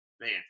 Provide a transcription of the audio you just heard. man